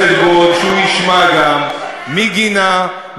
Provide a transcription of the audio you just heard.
צריך לקחת בחשבון שהוא ישמע גם מי גינה,